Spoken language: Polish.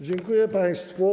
Dziękuję państwu.